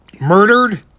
murdered